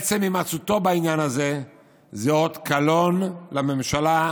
עצם הימצאותו בעניין הזה זה אות קלון לממשלה,